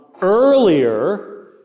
earlier